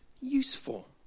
useful